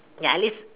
ya at least